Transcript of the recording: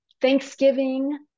Thanksgiving